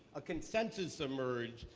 a consensus emerged,